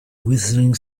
whistling